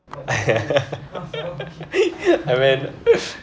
I meant